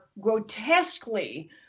grotesquely